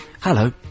hello